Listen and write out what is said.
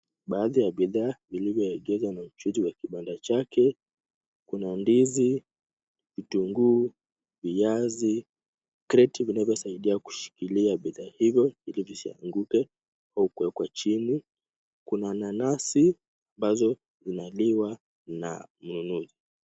Baadhi ya bidhaa viliyoegezwa na uchujo wa kibanda chake. Kuna ndizi, vitunguu, viazi, kreti vinavyosaidia kushikilia bidhaa hivyo ili visianguke au kuwekwa chini. Kuna nanasi ambazo vinaliwa na mnunuzi.